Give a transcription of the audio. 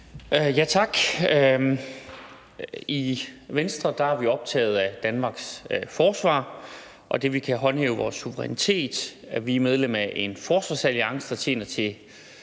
Tak. I Venstre er vi optaget af Danmarks forsvar, at vi kan håndhæve vores suverænitet, at vi er medlem af en forsvarsalliance, der tjener